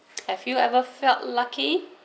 have you ever felt lucky